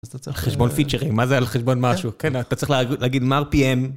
על חשבון פיצ'רים, מה זה על חשבון משהו? אתה צריך להגיד מר PM.